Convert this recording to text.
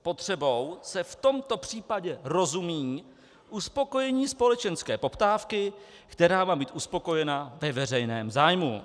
Potřebou se v tomto případě rozumí uspokojení společenské poptávky, která má být uspokojena ve veřejném zájmu.